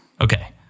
Okay